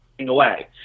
away